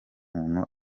muntu